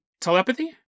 telepathy